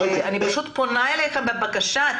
אני פונה אליכם בבקשה,